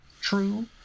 True